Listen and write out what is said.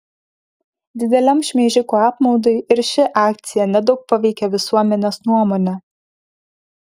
dideliam šmeižikų apmaudui ir ši akcija nedaug paveikė visuomenės nuomonę